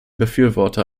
befürworter